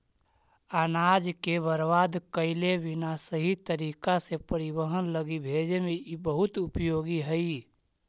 अनाज के बर्बाद कैले बिना सही तरीका से परिवहन लगी भेजे में इ बहुत उपयोगी हई